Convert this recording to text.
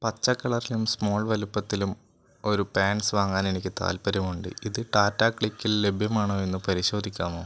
പച്ച കളറിലും സ്മോൾ വലുപ്പത്തിലും ഒരു പാന്റ്സ് വാങ്ങാൻ എനിക്ക് താൽപ്പര്യമുണ്ട് ഇത് ടാറ്റ ക്ലിക്കിൽ ലഭ്യമാണോ എന്നു പരിശോധിക്കാമോ